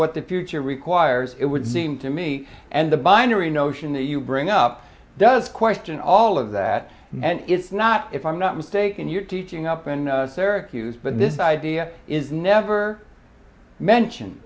what the future requires it would seem to me and the binary notion that you bring up does question all of that and it's not if i'm not mistaken you're teaching up in serach use but this idea is never mentioned